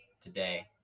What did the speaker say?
today